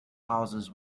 houses